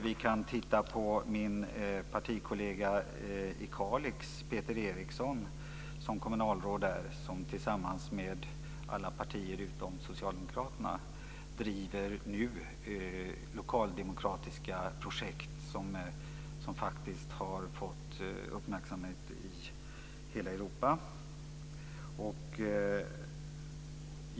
Vidare har vi min partikollega i Kalix, kommunalrådet Peter Eriksson, som tillsammans med alla partier utom Socialdemokraterna nu driver lokaldemokratiska projekt som faktiskt har fått uppmärksamhet i hela Europa.